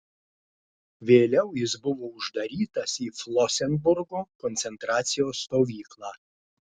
vėliau jis buvo uždarytas į flosenburgo koncentracijos stovyklą